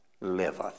liveth